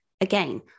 Again